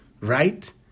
right